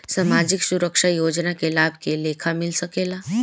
सामाजिक सुरक्षा योजना के लाभ के लेखा मिल सके ला?